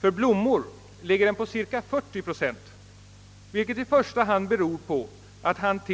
För blommor ligger marginalen på cirka 40 procent, vilket i första hand beror på att